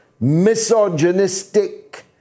misogynistic